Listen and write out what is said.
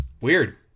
weird